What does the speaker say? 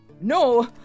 No